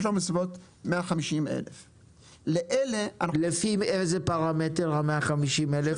יש לנו בסביבות 150,000. לפי איזה פרמטר ה-150,000?